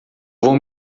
vou